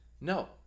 No